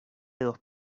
dos